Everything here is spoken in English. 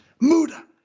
Muda